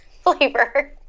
flavor